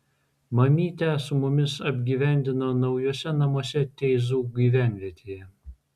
mamytę su mumis apgyvendino naujuose namuose teizų gyvenvietėje